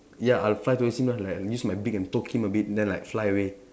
ya I'll fight with him ah like use my beak and poke him a bit then like fly away